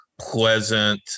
pleasant